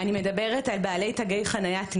אני מדברת על בעלי תגי חניית נכה.